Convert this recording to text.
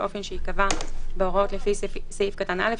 באופן שייקבע בהוראות לפי סעיף קטן (א),